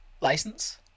license